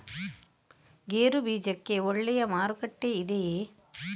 ಗೇರು ಬೀಜಕ್ಕೆ ಒಳ್ಳೆಯ ಮಾರುಕಟ್ಟೆ ಇದೆಯೇ?